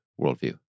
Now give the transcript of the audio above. worldview